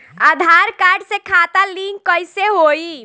आधार card से खाता link कईसे होई?